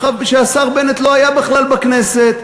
כשהשר בנט לא היה בכלל בכנסת,